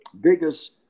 biggest